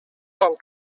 and